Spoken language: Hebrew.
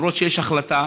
למרות שיש החלטה,